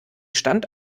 stand